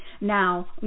Now